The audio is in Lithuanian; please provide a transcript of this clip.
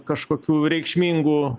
kažkokių reikšmingų